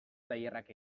tailerrak